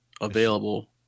available